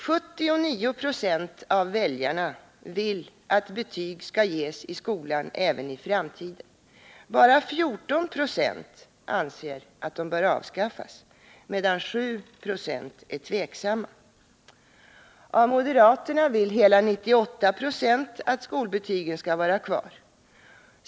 79 96 av väljarna vill att betyg skall ges i skolan även i framtiden. Bara 14 96 anser att betygen bör avskaffas, medan 7 26 är tveksamma. Av moderaterna vill hela 98 96 att skolbetygen skall vara kvar.